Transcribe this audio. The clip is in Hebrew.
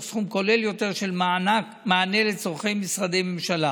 סכום כולל יותר של מענה לצורכי משרדי הממשלה.